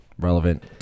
relevant